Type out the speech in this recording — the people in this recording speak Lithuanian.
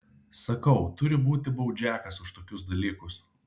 sakau turi būti baudžiakas už tokius dalykus